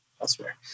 elsewhere